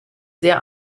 sehr